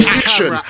action